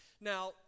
Now